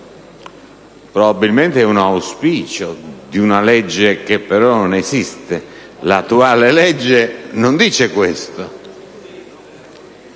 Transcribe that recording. probabilmente è un auspicio di una legge che però non esiste. L'attuale legge non prevede questo.